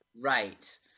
Right